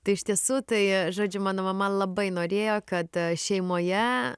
tai iš tiesų tai žodžiu mano mama labai norėjo kad šeimoje